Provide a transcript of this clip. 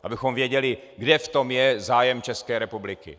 Abychom věděli, kde v tom je zájem České republiky.